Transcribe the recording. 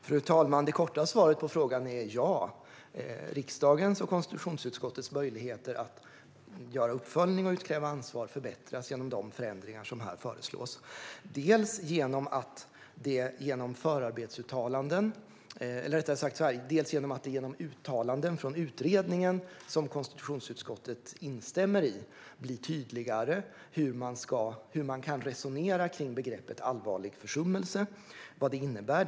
Fru talman! Det korta svaret på frågan är ja. Riksdagens och konstitutionsutskottets möjligheter att göra uppföljning och utkräva ansvar förbättras genom de förändringar som här föreslås. Genom uttalanden från utredningen som konstitutionsutskottet instämmer i blir det tydligare hur man kan resonera kring begreppet "allvarlig försummelse" och vad det innebär.